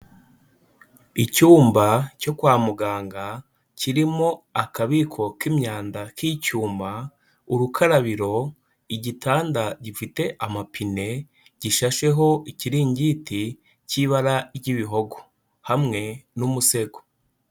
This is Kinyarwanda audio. Icyumba cyo kwa muganga kirimo akabiko k'imyanda k'icyuma, urukarabiro, igitanda gifite amapine, gishasheho ikiringiti cy'ibara ry'ibihogo hamwe n'umusego.